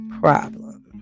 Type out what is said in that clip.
problem